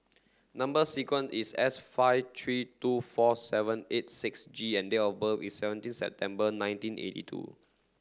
number sequence is S five three two four seven eight six G and date of birth is seventeen September nineteen eighty two